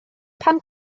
pan